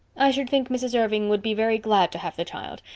i should think mrs. irving would be very glad to have the child.